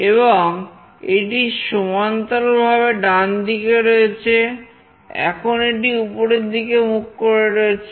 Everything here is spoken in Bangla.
এখন এটি সমান্তরালভাবে ডান দিকে রয়েছে এখন এটি উপরের দিকে মুখ করে রয়েছে